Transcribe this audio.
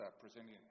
presenting